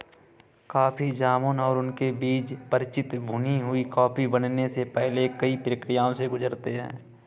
coffee जामुन और उनके बीज परिचित भुनी हुई कॉफी बनने से पहले कई प्रक्रियाओं से गुजरते हैं